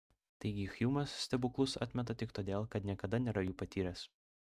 taigi hjumas stebuklus atmeta tik todėl kad niekada nėra jų patyręs